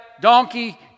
donkey